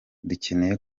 dukeneye